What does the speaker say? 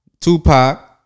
Tupac